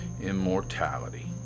immortality